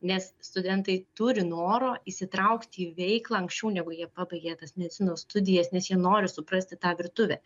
nes studentai turi noro įsitraukti į veiklą anksčiau negu jie pabaigia tas medicinos studijas nes jie nori suprasti tą virtuvę